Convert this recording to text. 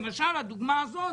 למשל הדוגמה הזאת